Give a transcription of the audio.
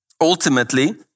ultimately